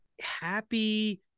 happy